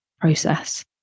process